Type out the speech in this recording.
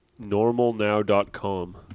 normalnow.com